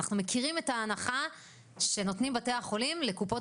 אנחנו מכירים את ההנחה שנותנים בתי החולים לקופות